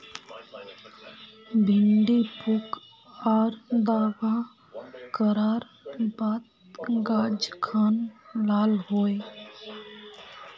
भिन्डी पुक आर दावा करार बात गाज खान लाल होए?